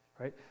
right